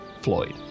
Floyd